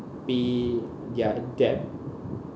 pay their debt